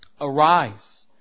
arise